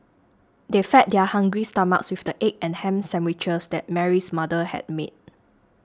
they fed their hungry stomachs with the egg and ham sandwiches that Mary's mother had made